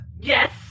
Yes